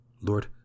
Lord